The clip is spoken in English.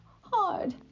hard